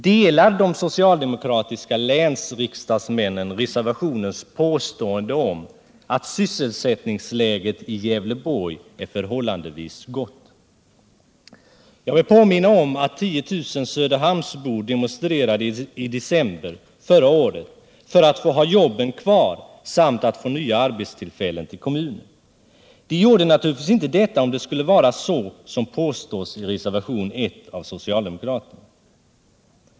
Delar de socialdemokratiska länsriksdagsmännen reservationens påstående om att sysselsättningsläget i Gävleborgs län är förhållandevis gott? Jag vill påminna om att 10 000 söderhamnsbor demonstrerade i december förra året för att få ha jobben kvar samt för att få nya arbetstillfällen till kommunen. De hade naturligtvis inte gjort detta om läget varit sådant som det påstås i reservationen 1 av socialdemokraterna.